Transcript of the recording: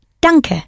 Danke